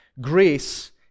Grace